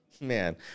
Man